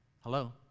Hello